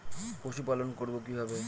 পশুপালন করব কিভাবে?